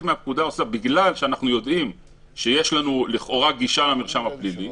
בגלל שאנחנו יודעים שיש לנו לכאורה גישה למרשם הפלילי,